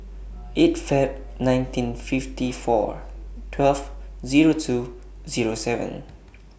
eight Feb nineteen fifty four twelve Zero two Zero seven